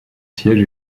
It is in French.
siège